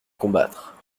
combattre